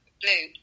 blue